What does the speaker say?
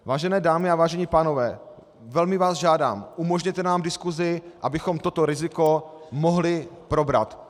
Vážené dámy a vážení pánové, velmi vás žádám, umožněte nám diskusi, abychom toto riziko mohli probrat.